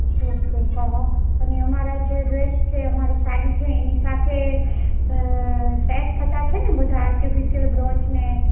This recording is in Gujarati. ઓકે હં હં અને અમારા જે ડ્રેસ છે અમારી સાડી છે એની સાથે અ સેટ થતા છે ને બધા આર્ટિફિશિયલ બ્રોચ ને